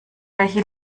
welche